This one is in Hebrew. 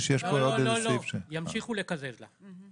שיש פה עוד איזה סעיף --- ימשיכו לקזז לה.